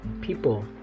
people